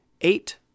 eight